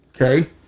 Okay